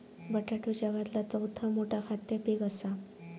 बटाटो जगातला चौथा मोठा खाद्य पीक असा